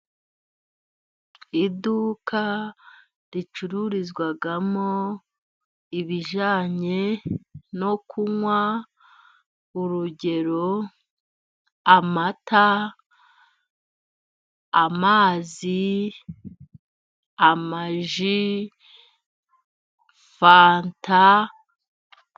Iduka ricururizwamo ibijyanye no kunywa. Urugero amata, amazi, amaji, fanta.